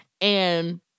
and-